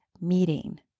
meeting